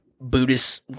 Buddhist